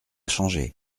changé